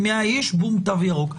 מ-100 איש בום, תו ירוק.